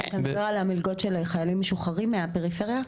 אתה מדבר על המלגות של החיילים המשוחררים מהפריפריה?